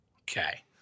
Okay